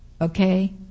Okay